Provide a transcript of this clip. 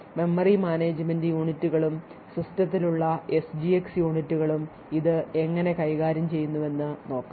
memory management യൂണിറ്റുകളും സിസ്റ്റത്തിലുള്ള S G X യൂണിറ്റുകളും ഇത് എങ്ങനെ കൈകാര്യം ചെയ്യുന്നുവെന്ന് നോക്കാം